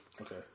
Okay